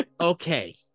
okay